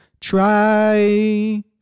Try